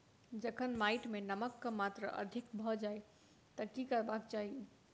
जखन माटि मे नमक कऽ मात्रा अधिक भऽ जाय तऽ की करबाक चाहि?